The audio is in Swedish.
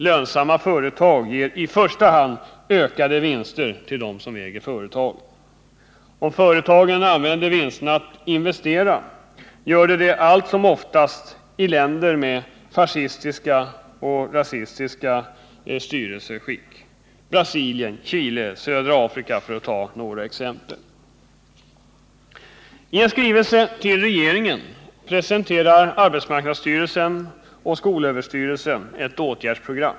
Lönsamma företag ger i första hand ökade vinster till dem som äger företagen. Om företagen använder vinsterna till att investera gör de det allt som oftast i länder med fascistiska och rasistiska styrelseskick: Brasilien, Chile, södra Afrika för att ta några exempel. I en skrivelse till regeringen presenterar arbetsmarknadsstyrelsen och skolöverstyrelsen ett åtgärdsprogram.